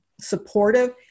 supportive